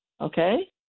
okay